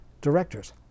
directors